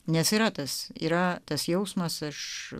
nes yra tas yra tas jausmas aš